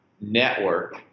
network